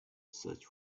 search